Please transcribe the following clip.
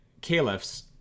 caliphs